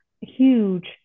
huge